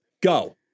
Go